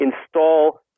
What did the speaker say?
install